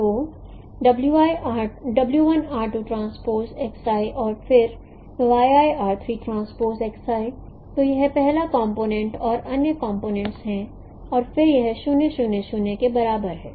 तो w 1 r 2 transpose X i और फिर y i r 3 transpose X i तो यह पहला कंपोनेंट और अन्य कंपोनेंट्स हैं और फिर यह 0 0 0 के बराबर है